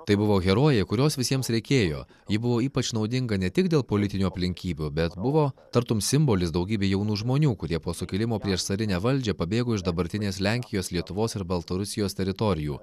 tai buvo herojė kurios visiems reikėjo ji buvo ypač naudinga ne tik dėl politinių aplinkybių bet buvo tartum simbolis daugybė jaunų žmonių kurie po sukilimo prieš carinę valdžią pabėgo iš dabartinės lenkijos lietuvos ir baltarusijos teritorijų